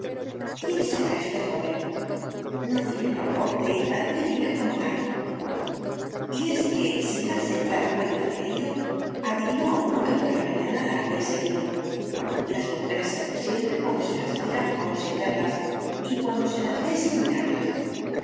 quién será este joven no tiene mal porte y parece bien acomodado y es que sin darse clara cuenta de ello adivinó a uno que por la mañana la había seguido las mujeres saben siempre cuándo se las mira aun sin verlas y cuándo se las ve sin mirarlas